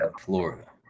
Florida